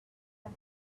and